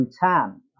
Bhutan